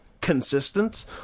consistent